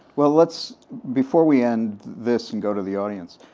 well let's, before we end this and go to the audience,